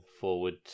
forward